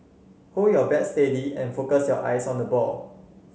hold your bat steady and focus your eyes on the ball